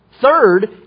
Third